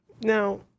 Now